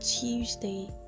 Tuesday